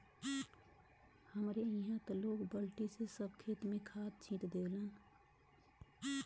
हमरे इहां त लोग बल्टी से सब खेत में खाद छिट देवलन